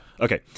Okay